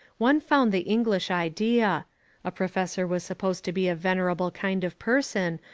one found the english idea a professor was supposed to be a venerable kind of person,